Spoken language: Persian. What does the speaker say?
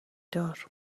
دار